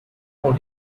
for